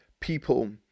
people